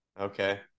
okay